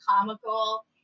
comical